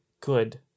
good